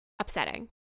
upsetting